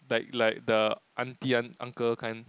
like like the auntie and uncle kind